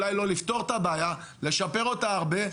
אולי לא לפתור את הבעיה אבל לשפר אותה הרבה,